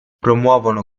promuovono